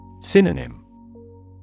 Synonym